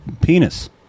penis